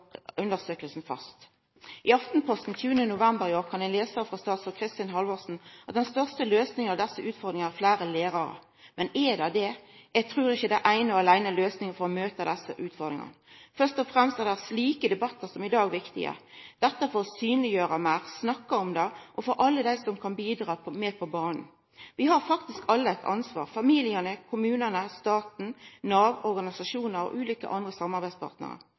I Aftenposten 8. november i år kan ein lesa at statsråd Kristin Halvorsen seier den beste løysinga på desse utfordringane er fleire lærarar. Men er det det? Eg trur ikkje det eine og åleine er løysinga for å møta desse utfordringane. Først og fremst er slike debattar som i dag viktige, for å synleggjera meir, snakka om det og få alle dei som kan bidra på banen. Vi har faktisk alle eit ansvar – familiane, kommunane, staten, Nav, organisasjonar og ulike andre samarbeidspartnarar.